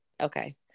Okay